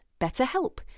BetterHelp